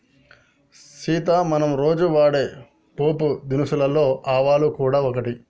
సీత మనం రోజు వాడే పోపు దినుసులలో ఆవాలు గూడ ఒకటి